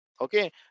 Okay